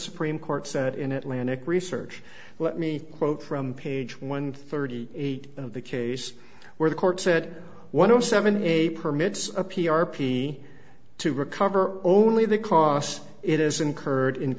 supreme court said in atlantic research let me quote from page one thirty eight of the case where the court said one o seven a permits a p r p to recover only the costs it has incurred in